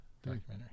documentary